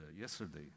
yesterday